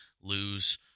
lose